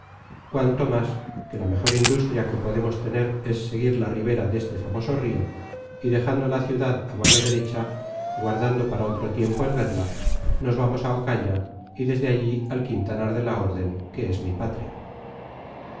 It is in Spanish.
cuanto más que la mejor industria que podemos tener es seguir la ribera deste famoso rio y dejando la ciudad á mano derecha guardando para otro tiempo el verla nos vamos á ocaña y desde allí al quintanar de la orden que es mi patria